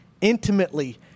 intimately